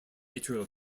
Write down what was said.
atrial